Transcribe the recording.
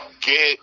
get